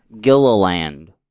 Gilliland